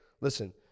listen